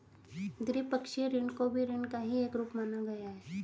द्विपक्षीय ऋण को भी ऋण का ही एक रूप माना गया है